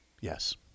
Yes